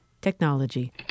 technology